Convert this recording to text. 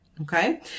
Okay